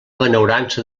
benaurança